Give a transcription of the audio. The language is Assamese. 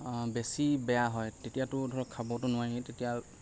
বেছি বেয়া হয় তেতিয়াতো ধৰক খাবতো নোৱাৰিয়ে তেতিয়া